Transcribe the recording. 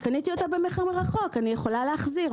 אני יכולה להחזיר.